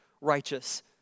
righteous